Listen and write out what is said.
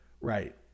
Right